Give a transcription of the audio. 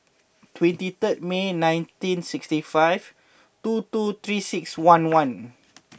twenty third May nineteen sixty five two two three six one one